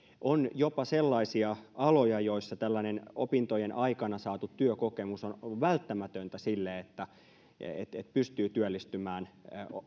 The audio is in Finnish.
on jopa sellaisia aloja joissa tällainen opintojen aikana saatu työkokemus on välttämätöntä sille että pystyy työllistymään